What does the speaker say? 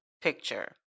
picture